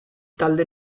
talde